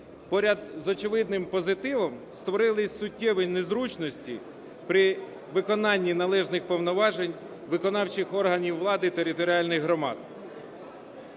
поряд з очевидним позитивом, створили суттєві незручності при виконанні належних повноважень виконавчих органів влади територіальних громад.